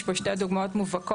יש פה שתי דוגמאות מובהקות